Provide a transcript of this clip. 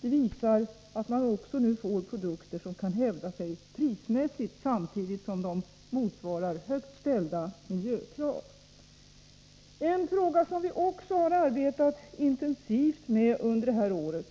Det visar att man nu också får produkter som kan hävda sig prismässigt, samtidigt som de motsvarar högt ställda miljökrav. En fråga som vi också har arbetat intensivt med under det här året